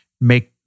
make